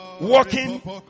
walking